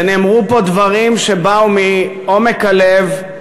ונאמרו פה דברים שבאו מעומק הלב,